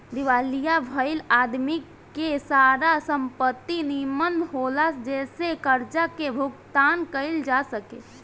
दिवालिया भईल आदमी के सारा संपत्ति नीलाम होला जेसे कर्जा के भुगतान कईल जा सके